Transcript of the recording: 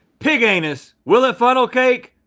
pig anus, will it funnel cake?